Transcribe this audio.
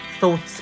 thoughts